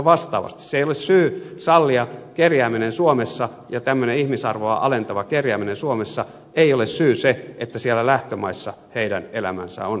se ei ole syy sallia kerjääminen suomessa ja tämmöiseen ihmisarvoa alentavaan kerjäämiseen suomessa ei ole syy se että siellä lähtömaissa heidän elämänsä on köyhää ja kurjaa